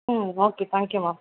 ம் okay thank you ma'am